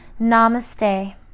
Namaste